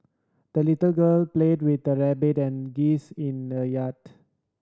the little girl played with her rabbit and geese in the yard